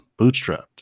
bootstrapped